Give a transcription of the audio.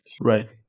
Right